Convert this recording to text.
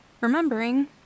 remembering